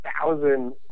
thousand